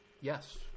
Yes